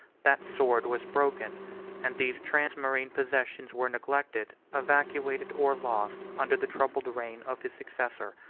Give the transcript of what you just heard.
that sword was broken and these transmarine possessions were neglected, evacuated, or lost, under the troubled reign of his successor.